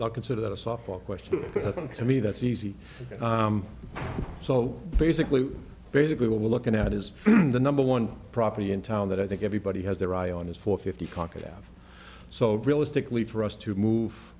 not consider that a softball question but i think to me that's easy so basically basically what we're looking at is the number one property in town that i think everybody has their eye on is for fifty concord half so realistically for us to move